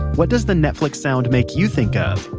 what does the netflix sound make you think of,